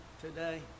today